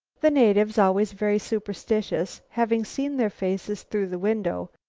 the natives, always very superstitious, having seen their faces through the window,